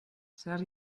zer